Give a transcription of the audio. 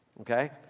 okay